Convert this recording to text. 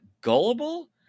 gullible